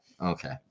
Okay